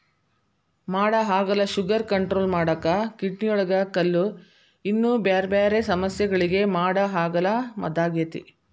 ಮಾಡಹಾಗಲ sugar control ಮಾಡಾಕ, ಕಿಡ್ನಿಯೊಳಗ ಕಲ್ಲು, ಇನ್ನೂ ಬ್ಯಾರ್ಬ್ಯಾರೇ ಸಮಸ್ಯಗಳಿಗೆ ಮಾಡಹಾಗಲ ಮದ್ದಾಗೇತಿ